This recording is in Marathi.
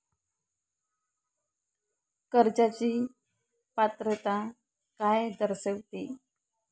कर्जाची पात्रता काय दर्शविते?